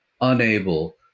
unable